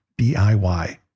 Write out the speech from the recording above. DIY